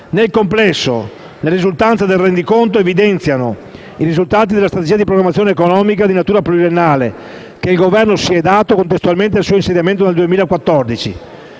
Nel complesso, le risultanze del Rendiconto evidenziano i risultati della strategia di programmazione economica di natura pluriennale che il Governo si è dato contestualmente al suo insediamento nel 2014.